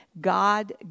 God